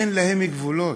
אין להן גבולות,